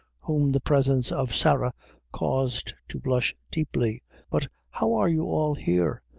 whom the presence of sarah caused to blush deeply but how are you all here?